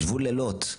ישבו לילות,